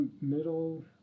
middle